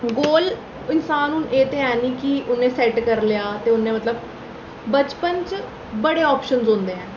गोल इन्सान हून एह् ते है निं कि उ'नें सैट्ट करी लेआ ते उ'नें मतलब बचपन च बड़े आप्शन होंदे